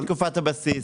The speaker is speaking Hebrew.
חופשת לידה בתקופת הבסיס,